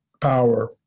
power